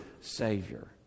Savior